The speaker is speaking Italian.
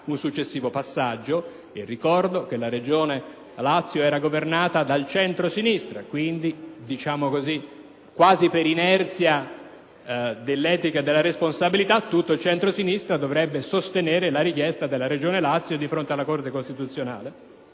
un successivo passaggio, e ricordo che la Regione Lazio era governata dal centrosinistra; quindi, quasi per un'inerzia dell'etica della responsabilità, tutto il centrosinistra dovrebbe sostenere la richiesta della Regione Lazio dinanzi alla Corte costituzionale: